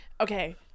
Okay